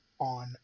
on